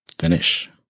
finish